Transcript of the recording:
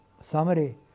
summary